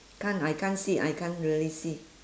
can't I can't see I can't really see